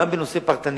גם בנושא פרטני,